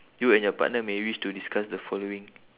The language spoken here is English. you and your partner may wish to discuss the following